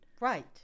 Right